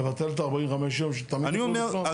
לבטל את ה-45 יום שתמיד תוכלו לפנות?